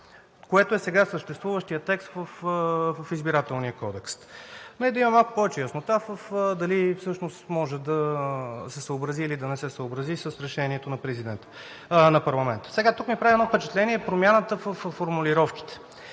което е сега съществуващият текст в Избирателния кодекс, за да има малко повече яснота дали всъщност може да се съобрази, или да не се съобрази с решението на парламента. Тук ми прави впечатление промяната във формулировките.